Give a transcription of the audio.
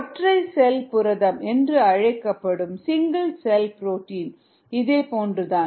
ஒற்றை செல் புரதம் என்று அழைக்கப்படும் சிங்கிள் செல் புரோட்டின் இதே போன்று தான்